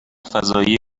فضایی